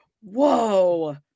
whoa